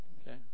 Okay